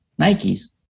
Nikes